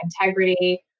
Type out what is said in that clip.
integrity